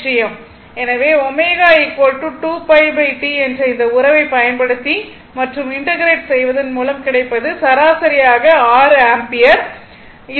எனவே ω 2π T என்ற இந்த உறவை பயன்படுத்தி மற்றும் இன்டெகிரெட் செய்வதன் மூலம் கிடைப்பது சராசரியாக 6 ஆம்பியர் இருக்கும்